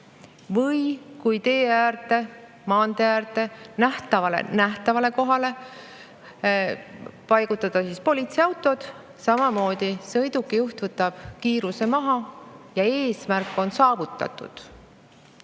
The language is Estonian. Või kui tee äärde, maantee äärde nähtavale kohale paigutada politseiautod, siis samamoodi sõidukijuht võtab kiiruse maha ja eesmärk on saavutatud.